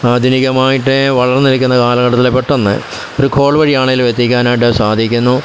ആധുനികമായിട്ട് വളർന്നിരിക്കുന്ന കാലഘട്ടത്തിൽ പെട്ടെന്ന് ഒരു കോൾ വഴിയാണെങ്കിലും എത്തിക്കാനായിട്ട് സാധിക്കുന്നു